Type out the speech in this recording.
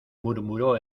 murmuró